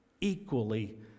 equally